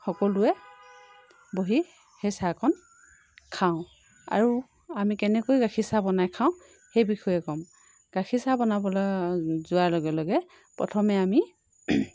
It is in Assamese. সকলোৱে বহি সেই চাহকণ খাওঁ আৰু আমি কেনেকৈ গাখীৰ চাহ বনাই খাওঁ সেই বিষয়ে ক'ম গাখীৰ চাহ বনাবলৈ যোৱাৰ লগে লগে প্ৰথমে আমি